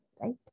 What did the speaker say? right